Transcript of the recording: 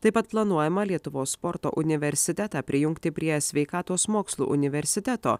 taip pat planuojama lietuvos sporto universitetą prijungti prie sveikatos mokslų universiteto